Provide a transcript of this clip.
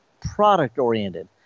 product-oriented